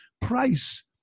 price